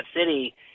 city